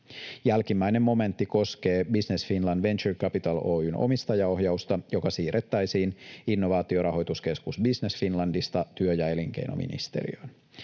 Jälkimmäinen momentti koskee Business Finland Venture Capital Oy:n omistajaohjausta, joka siirrettäisiin innovaatiorahoituskeskus Business Finlandista työ- ja elinkeinoministeriöön.